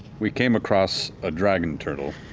we came across a dragon turtle.